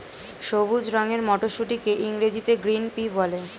সবুজ রঙের মটরশুঁটিকে ইংরেজিতে গ্রিন পি বলে